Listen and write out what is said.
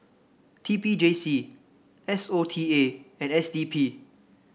T P J C S O T A and S D P